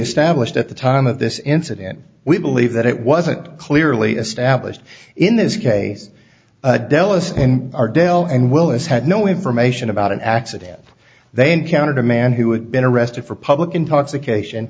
established at the time of this incident we believe that it wasn't clearly established in this case dell us and our dell and willis had no information about an accident they encountered a man who had been arrested for public intoxication